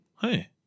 Hey